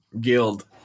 Guild